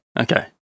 Okay